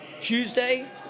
Tuesday